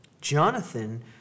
Jonathan